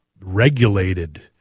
regulated